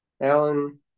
Alan